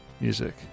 music